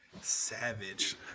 Savage